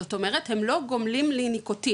זאת אומרת הם לא גומלים לי ניקוטין,